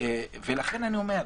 ולכן אני אומר: